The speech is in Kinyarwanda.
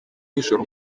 n’ijoro